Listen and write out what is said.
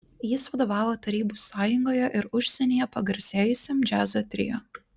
jis vadovavo tarybų sąjungoje ir užsienyje pagarsėjusiam džiazo trio